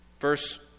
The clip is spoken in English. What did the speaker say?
Verse